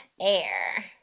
air